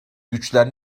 güçler